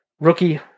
rookie